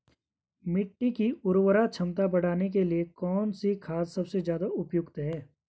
मिट्टी की उर्वरा क्षमता बढ़ाने के लिए कौन सी खाद सबसे ज़्यादा उपयुक्त है?